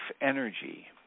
energy